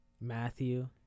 Matthew